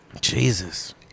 Jesus